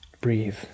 breathe